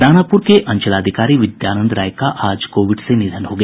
दानापुर के अंचलाधिकारी विद्यानंद राय का आज कोविड से निधन हो गया